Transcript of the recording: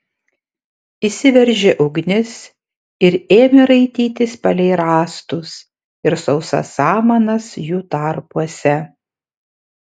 įsiveržė ugnis ir ėmė raitytis palei rąstus ir sausas samanas jų tarpuose